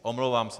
Omlouvám se.